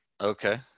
Okay